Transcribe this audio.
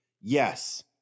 Yes